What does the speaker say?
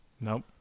Nope